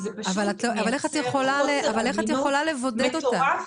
אבל איך את יכולה לבודד אותה